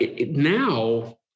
now